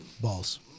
Balls